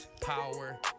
Power